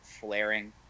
flaring